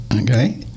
Okay